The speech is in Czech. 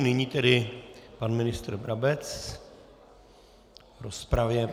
Nyní tedy pan ministr Brabec v rozpravě.